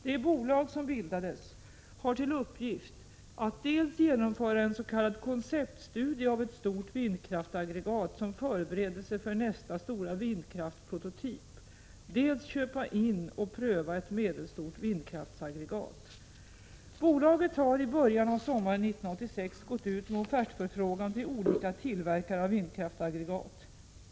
Det bolag som bildades har till uppgift att dels genomföra en s.k. konceptstudie av ett stort vindkraftaggregat som förberedelse för nästa stora vindkraftprototyp, dels köpa in och pröva ett medelstort vindkraftaggregat. Bolaget har i början av sommaren 1986 gått ut med offertförfrågan till olika tillverkare av vindkraftaggregat.